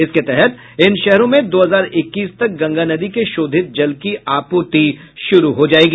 इसके तहत इन शहरों में दो हजार इक्कीस तक गंगा नदी के शोधित जल की आपूर्ति शुरू हो जायेगी